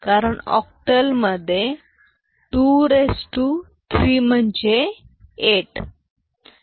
कारण ऑक्टल मधे 23 म्हणजे 8